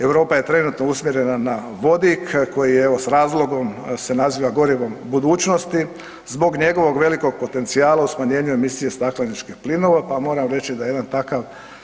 Europa je trenutno usmjerena na vodik koji je evo s razlogom se naziva gorivom budućnosti, zbog njegovog velikog potencijala u emisije stakleničkih plinova pa moram reći da je takav.